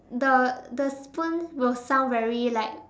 the the spoon will sound very like